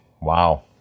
Wow